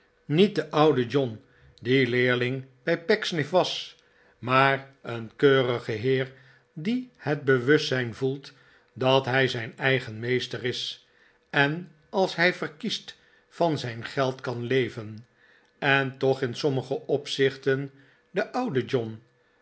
niet de oude john die leerling bij pecksniff was maar een keurige heer die het bewustzijn voelt dat hij zijn eigen meester is en als hij verkiest van zijn geld kan leven en toch in sommige opzichten de oude john